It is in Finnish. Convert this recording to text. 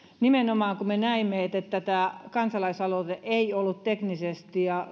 nimenomaan kun me näimme että tämä kansalaisaloite ei ollut teknisesti ja